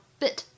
，bit